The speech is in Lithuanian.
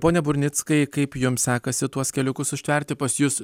pone burnickai kaip jums sekasi tuos keliukus užtverti pas jus